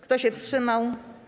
Kto się wstrzymał?